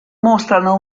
mostrano